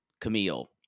camille